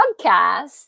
Podcast